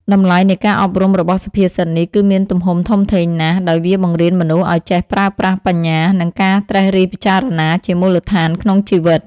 តម្លៃនៃការអប់រំរបស់សុភាសិតនេះ គឺមានទំហំធំធេងណាស់ ដោយវាបង្រៀនមនុស្សឱ្យចេះប្រើប្រាស់បញ្ញា និងការត្រិះរិះពិចារណាជាមូលដ្ឋានក្នុងជីវិត។